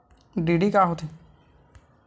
DD का होथे?